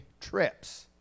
trips